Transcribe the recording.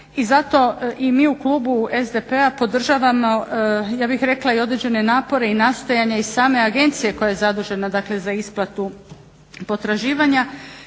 I zato i mi u klubu SDP-a podržavamo ja bih rekla i određene napore i nastojanja i same agencije koja je zadužena, dakle za isplatu potraživanja